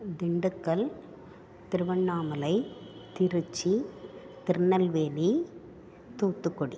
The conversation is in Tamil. திண்டுக்கல் திருவண்ணாமலை திருச்சி திருநெல்வேலி தூத்துக்குடி